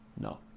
No